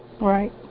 Right